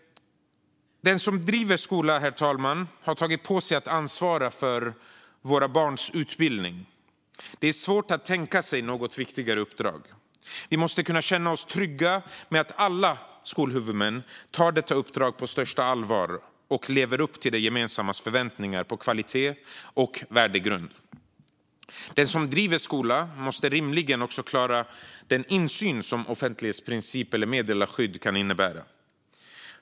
Den som driver skola har tagit på sig att ansvara för våra barns utbildning. Det är svårt att tänka sig ett viktigare uppdrag. Vi måste kunna känna oss trygga med att alla skolhuvudmän tar detta uppdrag på största allvar och lever upp till det gemensammas förväntningar på kvalitet och värdegrund. Den som driver skola måste rimligen också klara den insyn som offentlighetsprincip och meddelarskydd innebär.